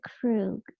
Krug